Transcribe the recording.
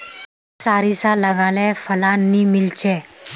सारिसा लगाले फलान नि मीलचे?